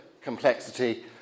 complexity